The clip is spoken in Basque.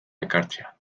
ekartzea